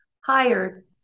hired